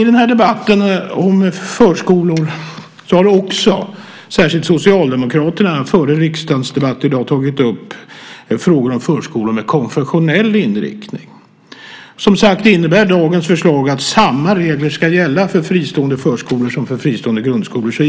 I den här debatten om förskolor har också särskilt Socialdemokraterna före riksdagens debatt i dag tagit upp frågan om förskolor med konfessionell inriktning. Som sagt innebär dagens förslag att samma regler ska gälla för fristående förskolor som för fristående grundskolor.